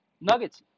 Nuggets